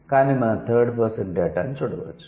కాని మనం third person డేటాను చూడవచ్చు